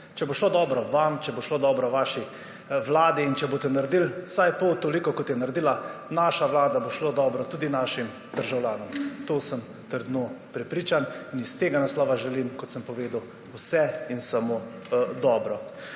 Če bo šlo dobro vam, če bo šlo dobro vaši vladi in če boste naredili vsaj pol toliko, kot je naredila naša vlada, bo šlo dobro tudi našim državljanom. To sem trdno prepričan. In iz tega naslova želim, kot sem povedal, vse in samo dobro.